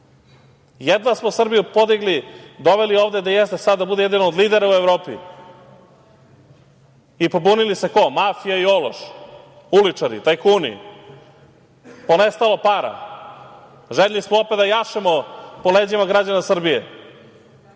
Jedva smo Srbiju podigli, doveli ovde gde jeste, sada da bude jedna od lidera u Evropi i pobunili se, ko? Mafija i ološ, uličari, tajkuni, ponestalo para. Željni smo opet da jašemo po leđima građana Srbije.